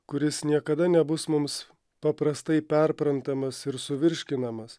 kuris niekada nebus mums paprastai perprantamas ir suvirškinamas